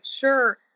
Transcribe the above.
sure